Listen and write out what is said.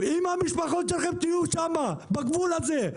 עם המשפחות שלכם תהיו שמה בגבול הזה,